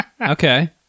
Okay